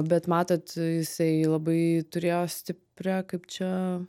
bet matot jisai labai turėjo stiprią kaip čia